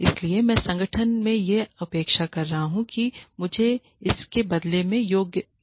इसलिए मैं संगठन से यह अपेक्षा कर रहा हूं कि वह मुझे इसके बदले में योग्य दे